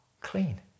clean